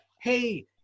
Hey